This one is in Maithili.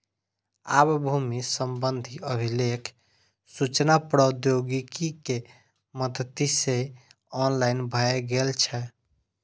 आब भूमि संबंधी अभिलेख सूचना प्रौद्योगिकी के मदति सं ऑनलाइन भए गेल छै